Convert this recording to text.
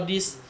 mm